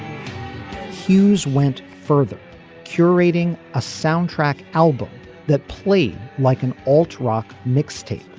hughes went further curating a soundtrack album that played like an alt rock mixtape.